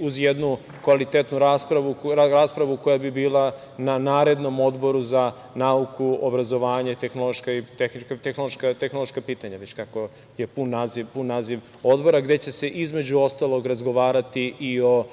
uz jednu kvalitetnu raspravu koja bi bila na narednom Odboru za nauku, obrazovanje i tehnološka pitanja, kako je već pun naziv odbora, gde će se između ostalog razgovarati i o